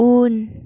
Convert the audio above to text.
उन